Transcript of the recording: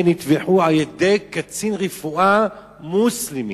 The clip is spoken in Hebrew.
13 נטבחו על-ידי קצין רפואה מוסלמי.